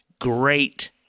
Great